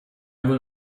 will